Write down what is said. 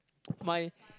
my